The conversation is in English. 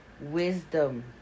wisdom